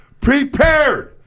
prepared